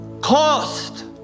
cost